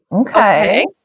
Okay